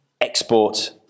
Export